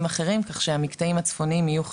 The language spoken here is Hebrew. אחרים כך שהמקטעים הצפוניים יהיו חינמיים,